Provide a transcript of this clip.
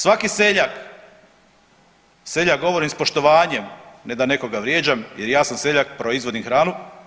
Svaki seljak, seljak govori sa poštovanjem, ne da nekoga vrijeđam jer ja sam seljak, proizvodim hranu.